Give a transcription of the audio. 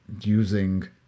using